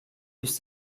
use